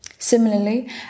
Similarly